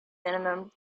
minimum